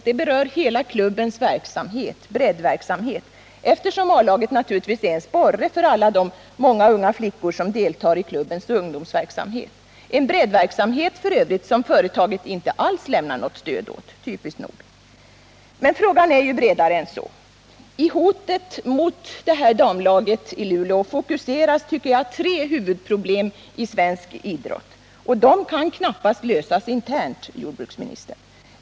Det drabbar hela klubbens breddverksamhet, eftersom A-laget är en sporre för de många unga flickor som deltar i klubbens ungdomsverksamhet — en breddverksamhet som företaget för övrigt, typiskt nog, inte alls ger något stöd. Men frågan är större än så. I hotet mot Plannjas damlag fokuseras tre huvudproblem i svensk idrott, och de kan knappast lösas internt inom idrottsrörelsen, jordbruksministern.